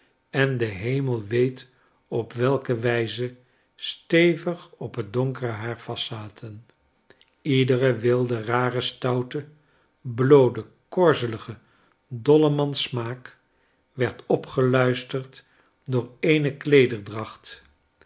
en de hemel weet op welke wijze stevig op het donkere haar vastzaten iedere wilde rare stoute bloode korzelige dollemanssmaak werd opgeluisterd door